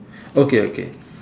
okay okay